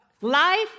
Life